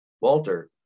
Walter